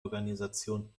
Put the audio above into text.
organisation